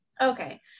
Okay